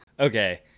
Okay